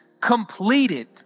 completed